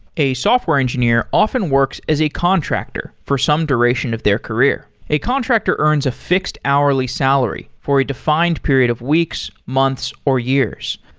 a software engineer often works as a contractor for some duration of their career. a contractor earns a fixed hourly salary for a defined period of weeks, months or years.